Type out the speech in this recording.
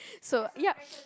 so yup